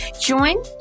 Join